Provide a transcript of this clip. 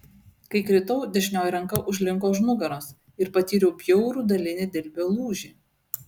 kai kritau dešinioji ranka užlinko už nugaros ir patyriau bjaurų dalinį dilbio lūžį